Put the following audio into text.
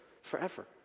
forever